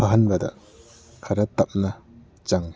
ꯐꯍꯟꯕꯗ ꯈꯔ ꯇꯞꯅ ꯆꯪꯉꯤ